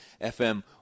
FM